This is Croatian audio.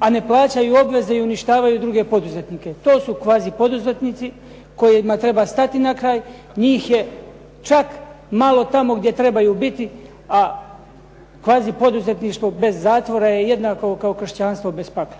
a ne plaćaju obveze i uništavaju druge poduzetnike. To su kvazi poduzetnici kojima treba stati na kraj. Njih je čak malo tamo gdje trebaju biti, a kvazi poduzetništvo bez zatvora je jednako kao Kršćanstvo bez pape.